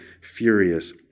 furious